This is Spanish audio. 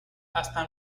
hasta